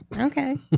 Okay